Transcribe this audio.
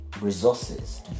resources